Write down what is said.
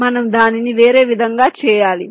మనము దానిని వేరే విధంగా చేయాలి